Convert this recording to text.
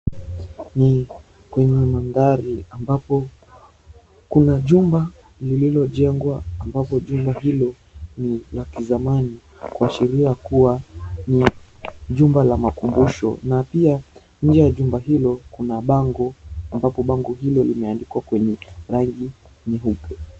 Ni kwenye mandhari ambapo kuna jumba lililojengwa ambapo jumba hilo ni la kizamani kuashiria kua ni jumba la makumbusho na pia nje ya jumba hilo kuna bango ambapo bango hilo limeandikwa kwenye rangi nyeupe.